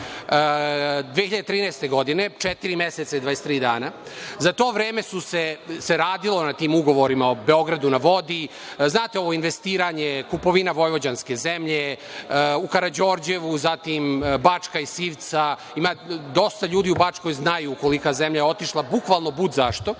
2013. godine četiri meseca i 23 dana. Za to vreme se radilo na tim ugovorima o „Beogradu na vodi“, znate ovo investiranje, kupovina vojvođanske zemlje u Karađorđevu, zatim „Bačka“ iz Sivca, ima dosta ljudi u Bačkoj, znaju kolika je zemlja otišla bukvalno budzašto.Za